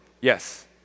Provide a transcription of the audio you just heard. yes